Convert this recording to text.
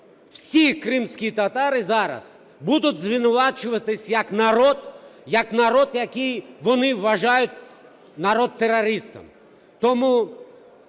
всі кримські татари зараз будуть звинувачуватися як народ, який вони вважають народом-терористом. Тому